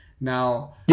Now